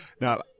now